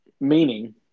Meaning